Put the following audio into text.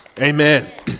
Amen